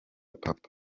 papa